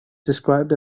described